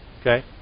Okay